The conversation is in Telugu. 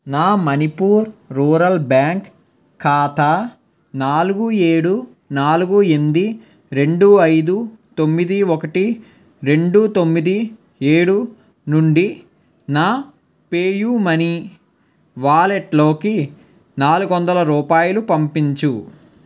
నా మణిపూర్ రూరల్ బ్యాంక్ ఖాతా నాలుగు ఏడు నాలుగు ఎమ్మిది రెండు ఐదు తొమ్మిది ఒకటి రెండు తొమ్మిది ఏడు నుండి నా పే యూ మనీ వాలెట్లోకి నాలుగు వందల రూపాయలు పంపించు